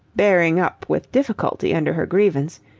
bearing up with difficulty under her grievance,